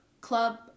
Club